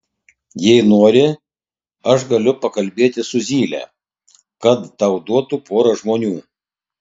jei nori aš galiu pakalbėti su zyle kad tau duotų porą žmonių